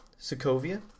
Sokovia